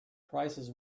prices